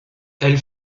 elle